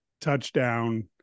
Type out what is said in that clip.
touchdown